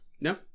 No